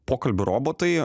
pokalbių robotai